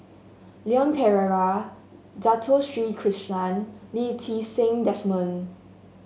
Leon Perera Dato Sri Krishna Lee Ti Seng Desmond